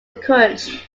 encouraged